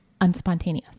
unspontaneous